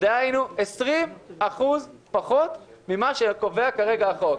דהיינו 20% פחות ממה שקובע כרגע החוק.